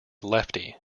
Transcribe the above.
lefty